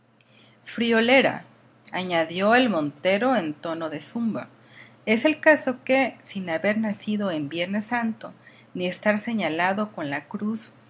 friolera añadió el montero en tono de zumba es el caso que sin haber nacido en viernes santo ni estar señalado con la cruz